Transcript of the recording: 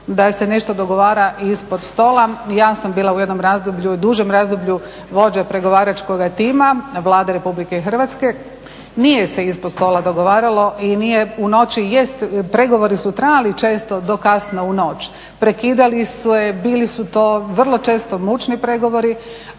da se nešto dogovara ispod stola, ja sam bila u jednom dužem razdoblju vođa pregovaračkoga tima Vlade RH, nije se ispod stola dogovaralo i nije u noći jest pregovori su često trajali do kasno u noć, prekidali su je, bili su to vrlo često mučni pregovori,